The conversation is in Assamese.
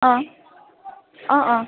অ' অ' অ'